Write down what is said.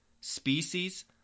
species